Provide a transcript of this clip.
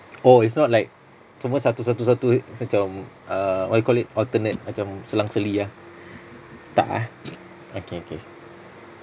oh it's not like semua satu satu satu macam err what you call it alternate macam selang-seli ah tak eh okay okay